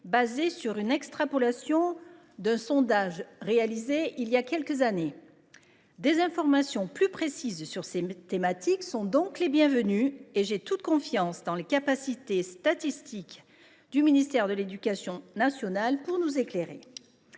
fondée sur l’extrapolation d’un sondage réalisé il y a quelques années. Des informations plus précises sur ces thématiques seront donc les bienvenues et j’ai toute confiance dans les capacités statistiques du ministère pour nous éclairer.